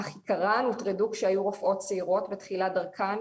אך עיקרן הוטרדו כאשר היו רופאות צעירות בתחילת דרכן,